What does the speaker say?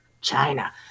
China